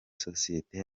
sosiyete